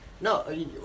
no